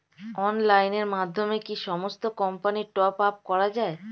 অনলাইনের মাধ্যমে কি সমস্ত কোম্পানির টপ আপ করা যায়?